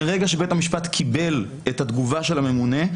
ברגע שבית המשפט קיבל את התגובה של הממונה,